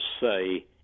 say